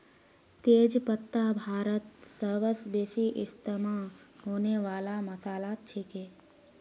तेज पत्ता भारतत सबस बेसी इस्तमा होने वाला मसालात छिके